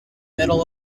middle